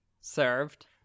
served